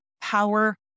power